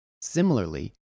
Similarly